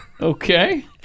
Okay